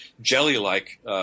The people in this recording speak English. jelly-like